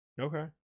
Okay